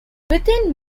within